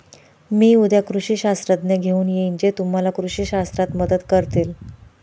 मी उद्या कृषी शास्त्रज्ञ घेऊन येईन जे तुम्हाला कृषी शास्त्रात मदत करतील